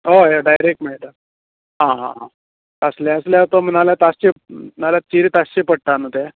हय हय डायरॅक्ट मेळटा आं आं हां तासले आसल्यार तो नाल्यार तासचे चिरें तासचे पडटा न्हू ते